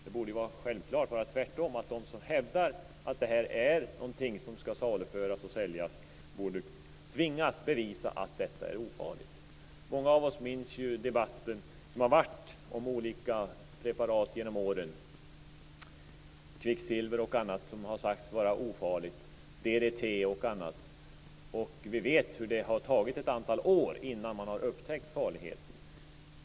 Det borde självklart vara tvärtom, dvs. att de som hävdar att detta skall saluföras borde tvingas bevisa att detta är ofarligt. Många av oss minns den debatt som har varit under åren om olika preparat, t.ex. kvicksilver och DDT, som har sagts vara ofarliga. Vi vet att det har tagit ett antal år innan man har upptäckt farligheten.